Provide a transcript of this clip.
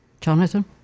Jonathan